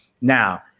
now